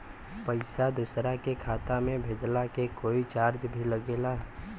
पैसा दोसरा के खाता मे भेजला के कोई चार्ज भी लागेला?